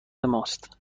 ماست